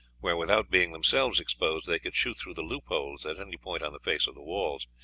where, without being themselves exposed, they could shoot through the loopholes at any point on the face of the walls.